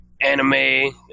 Anime